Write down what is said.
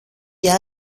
για